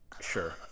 Sure